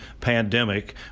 pandemic